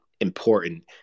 important